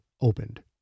opened